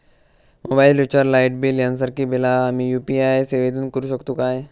Mobile recharge, light bill यांसारखी बिला आम्ही यू.पी.आय सेवेतून करू शकतू काय?